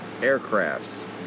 aircrafts